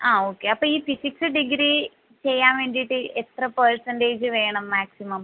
ആ ഓക്കെ അപ്പോൾ ഈ ഫിസിക്സ് ഡിഗ്രി ചെയ്യാൻ വേണ്ടീട്ട് എത്ര പെർസെൻറ്റേജ് വേണം മാക്സിമം